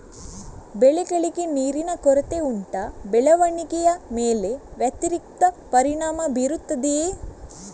ಬೆಳೆಗಳಿಗೆ ನೀರಿನ ಕೊರತೆ ಉಂಟಾ ಬೆಳವಣಿಗೆಯ ಮೇಲೆ ವ್ಯತಿರಿಕ್ತ ಪರಿಣಾಮಬೀರುತ್ತದೆಯೇ?